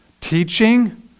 teaching